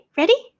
ready